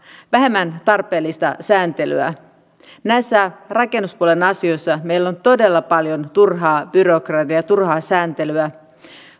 vähemmän tarpeellista sääntelyä tulee purkaa näissä rakennuspuolen asioissa meillä on todella paljon turhaa byrokratiaa ja turhaa sääntelyä